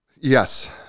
Yes